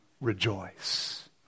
rejoice